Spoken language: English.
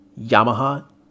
Yamaha